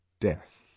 death